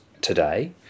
today